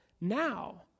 now